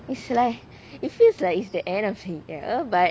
it's like it feels like it's the end of the year but